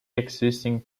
existing